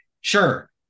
Sure